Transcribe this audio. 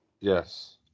Yes